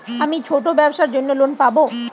আমি ছোট ব্যবসার জন্য লোন পাব?